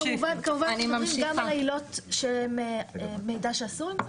כמובן גם על עילות של מידע שעשוי כבר,